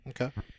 Okay